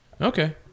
Okay